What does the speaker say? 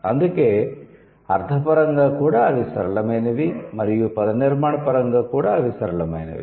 అందుకే అర్థపరంగా కూడా అవి సరళమైనవి మరియు పదనిర్మాణపరంగా కూడా అవి సరళమైనవి